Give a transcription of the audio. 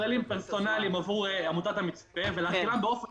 כללים פרסונליים עבור עמותת המצפה ולהחילן באופן